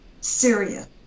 Syria